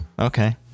Okay